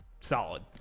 solid